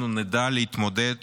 אנחנו נדע להתמודד